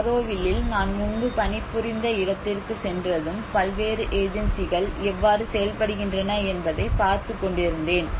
ஆரோவில்லில் நான் முன்பு பணிபுரிந்த இடத்திற்குச் சென்றதும் பல்வேறு ஏஜென்சிகள் எவ்வாறு செயல்படுகின்றன என்பதைப் பார்த்துக்கொண்டிருந்தேன்